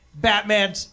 Batman